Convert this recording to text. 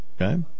Okay